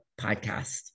podcast